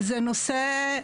זה נושא,